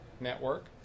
network